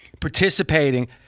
participating